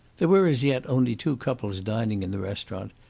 there were as yet only two couples dining in the restaurant,